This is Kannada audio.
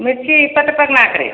ಮಿರ್ಚಿ ಇಪ್ಪತ್ತು ರೂಪಾಯಿಗೆ ನಾಲ್ಕು ರೀ